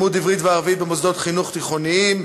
חובת לימוד עברית וערבית במוסדות חינוך תיכוניים),